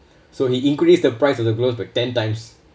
so he increased the price of the gloves by ten times